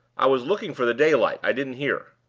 i was looking for the daylight i didn't hear.